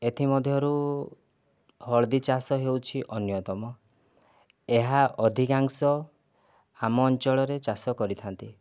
ଏଥି ମଧ୍ୟ ରୁ ହଳଦୀ ଚାଷ ହେଉଛି ଅନ୍ୟତମ ଏହା ଅଧିକାଂଶ ଆମ ଅଞ୍ଚଳରେ ଚାଷ କରିଥାନ୍ତି